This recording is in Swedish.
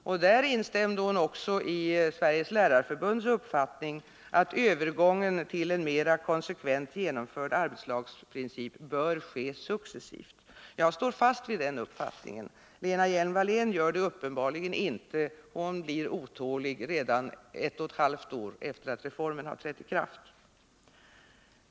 Hon instämde vidare i Sveriges lärarförbunds uppfattning att övergången till en mera konsekvent genomförd arbetslagsprincip bör ske successivt. Jag står fast vid den uppfattningen. Lena Hjelm-Wallén gör det uppenbarligen inte. Hon blir otålig redan ett och ett halvt år efter det att reformen har trätt i kraft.